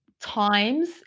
times